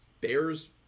bears